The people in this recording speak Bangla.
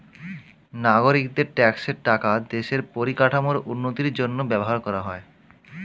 নাগরিকদের ট্যাক্সের টাকা দেশের পরিকাঠামোর উন্নতির জন্য ব্যবহার করা হয়